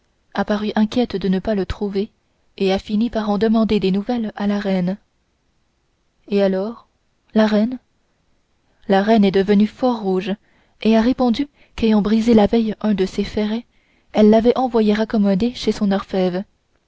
paru inquiète de ne pas le trouver et a fini par en demander des nouvelles à la reine et alors la reine la reine est devenue fort rouge et a répondu qu'ayant brisé la veille un de ses ferrets elle l'avait envoyé raccommoder chez son orfèvre